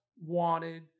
wanted